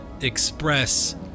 express